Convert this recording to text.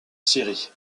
syrie